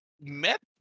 met